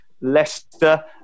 Leicester